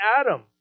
Adam